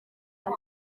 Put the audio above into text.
muto